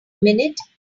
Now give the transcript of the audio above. minute